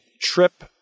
trip